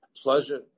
Pleasure